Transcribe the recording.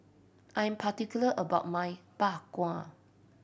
I am particular about my Bak Kwa